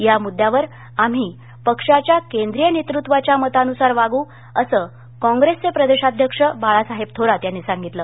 या मुद्द्यावर आम्ही पक्षाच्या केंद्रीय नेतृत्वाच्या मतानुसार वागु असं काँग्रेसचे प्रदेशाध्यक्ष बाळासाहेब थोरात यांनी सांगितलं